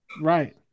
Right